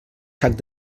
sac